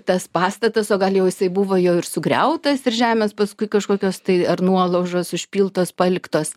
tas pastatas o gal jau jisai buvo jau ir sugriautas ir žemės paskui kažkokios tai ar nuolaužos užpiltos paliktos